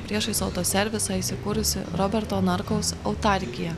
priešais autoservisą įsikūrusi roberto narkaus autarkija